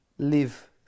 live